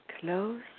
close